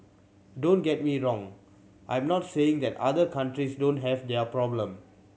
don't get me wrong I'm not saying that other countries don't have their problem